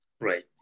Right